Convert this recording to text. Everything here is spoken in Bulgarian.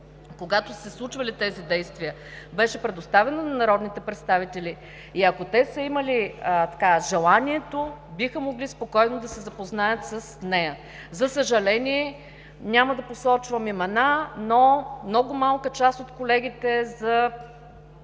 когато са се случвали тези действия, беше предоставена на народните представители и ако те са имали желанието, биха могли спокойно да се запознаят с нея. За съжаление, няма да посочвам имена, но много малка част от колегите, може